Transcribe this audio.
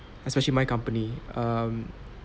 especially my company um